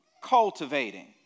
cultivating